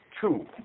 Two